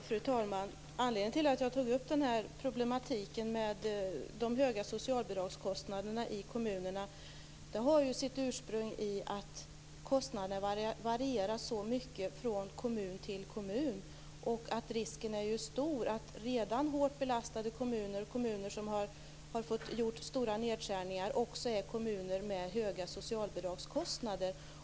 Fru talman! Att jag tog upp problematiken med de höga socialbidragskostnaderna i kommunerna har sitt ursprung i att kostnaderna varierar väldigt mycket mellan kommunerna. Risken är stor att redan hårt belastade kommuner och kommuner som har fått göra stora nedskärningar också är kommuner med höga socialbidragskostnader.